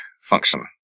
function